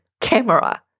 camera